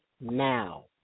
now